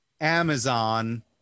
amazon